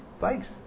Thanks